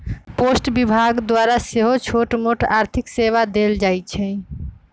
post विभाग द्वारा सेहो छोटमोट आर्थिक सेवा देल जाइ छइ